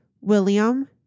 William